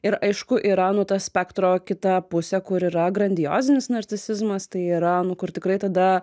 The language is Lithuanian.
ir aišku yra nu ta spektro kita pusė kur yra grandiozinis narcisizmas tai yra nu kur tikrai tada